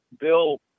Bill